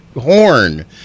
horn